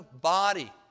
body